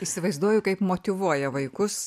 įsivaizduoju kaip motyvuoja vaikus